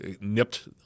nipped